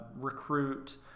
recruit